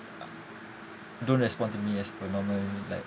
uh don't respond to me as per normal like